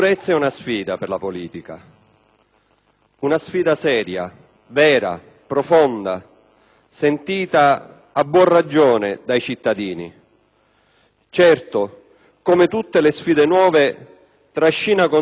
una sfida seria, vera, profonda e a buona ragione sentita dai cittadini. Certo, come tutte le sfide nuove trascina con sé incertezze,